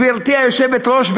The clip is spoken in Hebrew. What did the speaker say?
גברתי היושבת-ראש,